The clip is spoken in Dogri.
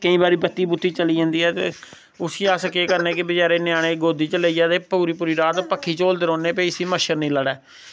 केई बारी बत्ती बुत्ती चली जंदी ऐ ते उस्सी अस केह् करने कि बचैरे ञ्याणे गी गोद्दी च लेइयै ते पूरी पूरी रात पक्खी झोलदे रौह्न्ने भाई इसी मच्छर नी लड़ै